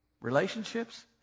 Relationships